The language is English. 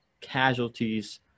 casualties